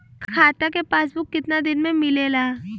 खाता के पासबुक कितना दिन में मिलेला?